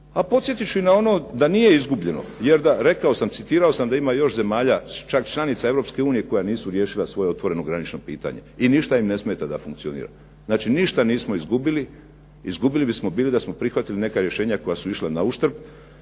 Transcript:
A podsjetit ću i na ono da nije izgubljeno jer da, rekao sam, citirao sam da ima još zemalja čak članica Europske unije koje nisu riješile svoje otvoreno granično pitanje i ništa im ne smeta da funkcioniraju. Znači, ništa nismo izgubili. Izgubili bismo bili da smo prihvatili neka rješenja koja su išla na uštrb